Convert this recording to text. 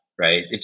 right